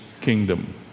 kingdom